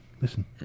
listen